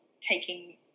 taking